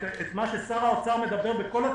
את מה ששר האוצר מדבר בכל התקשורת.